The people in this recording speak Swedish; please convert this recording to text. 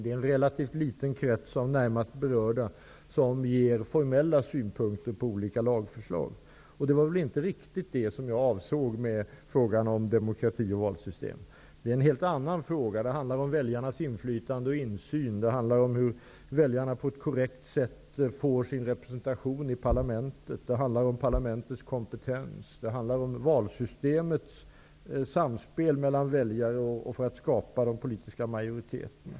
Det är en relativt liten krets av närmast berörda som ger formella synpunkter på olika lagförslag. Det var inte riktigt vad jag avsåg med frågan om demokrati och valsystem, utan det var en helt annan fråga, nämligen frågan om väljarnas inflytande och insyn, om hur väljarna på ett korrekt sätt får sin representation i parlamentet. Det handlar om parlamentets kompetens, om valsystemets samspel med väljarna och för att skapa den politiska majoriteten.